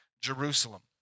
Jerusalem